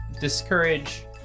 discourage